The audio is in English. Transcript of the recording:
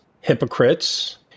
Hypocrites